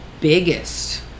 biggest